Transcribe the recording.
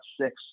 six